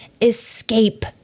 escape